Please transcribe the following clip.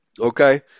okay